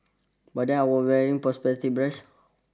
by then I were wearing perspective breast